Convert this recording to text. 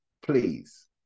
please